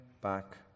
back